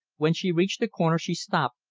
when she reached the corner she stopped,